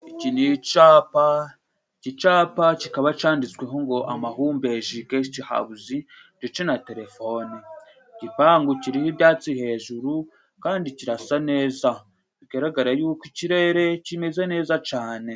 Iki ni icapa icapa kikaba cyanditsweho ngo Amahumbezi gesite hawuze ndetse na telefone. Igipangu kiriho ibyatsi hejuru kandi kirasa neza. Bigaragara yuko ikirere kimeze neza cane.